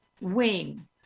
wing